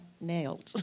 nailed